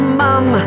mum